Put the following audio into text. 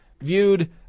viewed